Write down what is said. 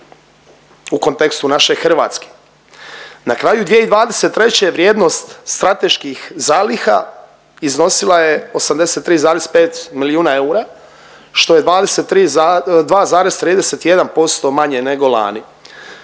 u kontekstu naše Hrvatske? Na kraju 2023. vrijednost strateških zaliha iznosila je 83,5 milijuna eura što je 2,31% manje nego lani.